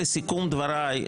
לסיכום דבריי,